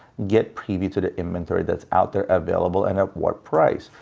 get privy to the inventory that's out there, available and at what price.